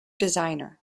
designer